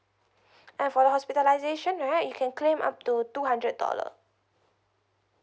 and for the hospitalization right you can claim up to two hundred dollar